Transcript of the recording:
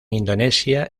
indonesia